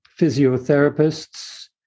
physiotherapists